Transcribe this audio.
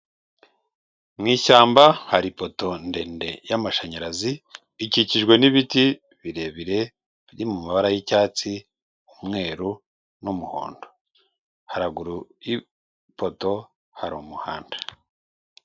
Mu ishyamba hari ipoto ndende y'amashanyarazi, ikikijwe n'ibiti birebire biri mabara y'icyatsi, umweru n'umuhondo, haruguru y'ipoto hari umuhanda.